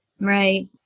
Right